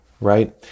right